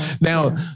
Now